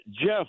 Jeff